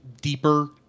deeper